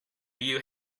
you